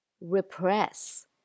repress